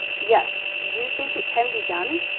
yes. do think it can be done?